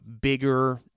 bigger